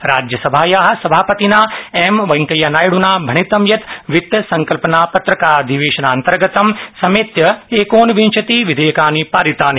राज्यसभाया सभापतिना एम वेंकेया नायड़ना भणितं यत् वित्तसंकल्पनापत्रकाधिवेशनान्तर्गतं समेत्य एकोनविंशति विधेयकानि पारितानि